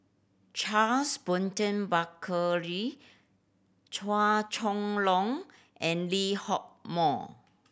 Charles Burton Buckley Chua Chong Long and Lee Hock Moh